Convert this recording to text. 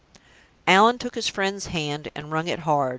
allan took his friend's hand and wrung it hard.